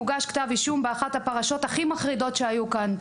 הוגש כתב אישום באחת הפרשות הכי מחרידות שהיו כאן.